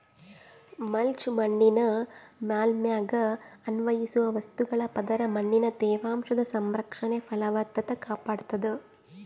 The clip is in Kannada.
ಮಲ್ಚ್ ಮಣ್ಣಿನ ಮೇಲ್ಮೈಗೆ ಅನ್ವಯಿಸುವ ವಸ್ತುಗಳ ಪದರ ಮಣ್ಣಿನ ತೇವಾಂಶದ ಸಂರಕ್ಷಣೆ ಫಲವತ್ತತೆ ಕಾಪಾಡ್ತಾದ